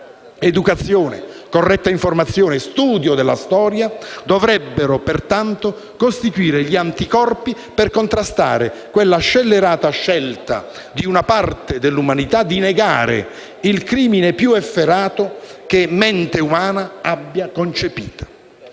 Educazione, corretta informazione e studio della storia dovrebbero, pertanto, costituire gli anticorpi per contrastare quella scellerata scelta di una parte dell'umanità di negare il crimine più efferato che mente umana abbia concepito: